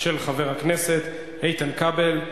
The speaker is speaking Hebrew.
של חבר הכנסת איתן כבל.